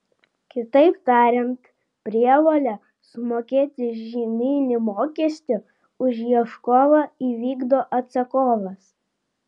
kitaip tariant prievolę sumokėti žyminį mokestį už ieškovą įvykdo atsakovas